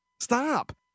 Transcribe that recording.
stop